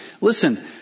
Listen